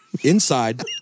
inside